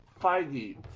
Feige